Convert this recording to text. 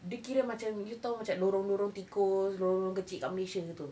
dia kira macam you tahu macam lorong tikus lorong kecil dekat malaysia tu